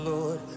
Lord